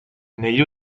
negli